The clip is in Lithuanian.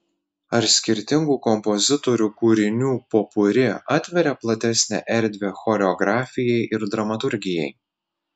ar skirtingų kompozitorių kūrinių popuri atveria platesnę erdvę choreografijai ir dramaturgijai